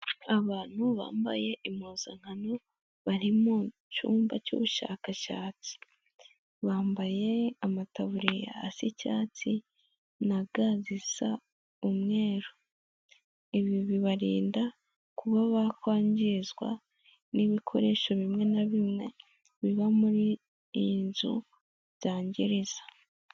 Abantu bambaye impuzankano bari mu cyumba cy'ubushakashatsi, bambaye amataburiya asa icyatsi na ga zisa umweru, ibi bibarinda kuba bakwangizwa n'ibikoresho bimwe na bimwe biba muri iyi nzu byangirirza.